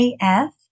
AF